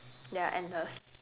ya and the